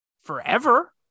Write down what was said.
forever